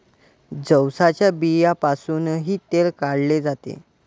जवसाच्या बियांपासूनही तेल काढले जाते